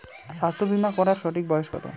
স্বাস্থ্য বীমা করার সঠিক বয়স কত?